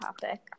topic